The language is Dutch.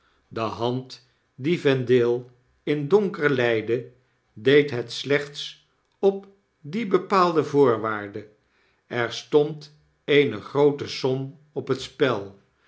de hand die vendale in donker leidde deed het slechts op die bepaalde voorwaarde er stond eene groote som op het spel